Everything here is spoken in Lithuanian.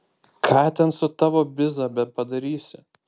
ką ten su tavo biza bepadarysi